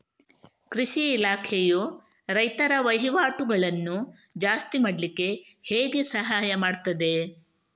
ಕೃಷಿ ಇಲಾಖೆಯು ರೈತರ ವಹಿವಾಟುಗಳನ್ನು ಜಾಸ್ತಿ ಮಾಡ್ಲಿಕ್ಕೆ ಹೇಗೆ ಸಹಾಯ ಮಾಡ್ತದೆ?